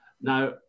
Now